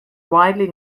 widely